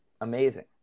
amazing